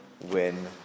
win